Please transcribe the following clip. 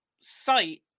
site